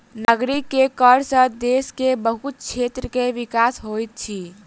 नागरिक के कर सॅ देश के बहुत क्षेत्र के विकास होइत अछि